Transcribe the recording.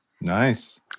Nice